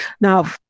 Now